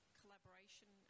collaboration